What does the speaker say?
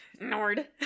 nord